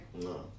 No